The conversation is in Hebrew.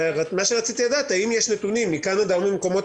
רציתי לדעת האם יש נתונים מקנדה או ממקומות